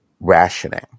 rationing